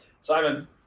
simon